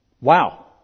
Wow